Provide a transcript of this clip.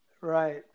Right